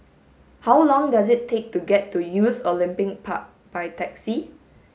how long does it take to get to Youth Olympic Park by taxi